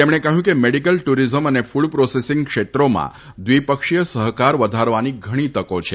તેમણે કહયું કે મેડીકલ ટુરીઝમ અને કુડ પ્રોસેસીંગ ક્ષેત્રોમાં દ્વિપક્ષીય સહકાર વધારવાની ઘણી તકી છે